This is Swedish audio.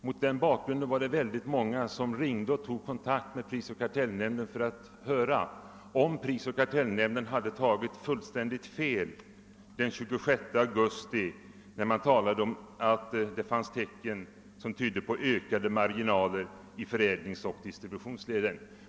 Med anledning härav kontaktade många personer prisoch kartellnämnden för att höra efter om denna hade tagit fullständigt fel när SPK den 28 augusti framhöll att tecken tydde på ökade marginaler i förädlingsoch distributionsleden.